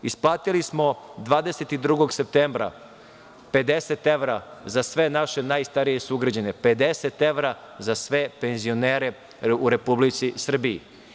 Isplatili smo 22. septembra 50 evra za sve naše najstarije sugrađane, 50 evra za sve penzionere u Republici Srbiji.